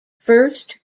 first